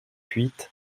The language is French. huit